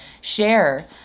share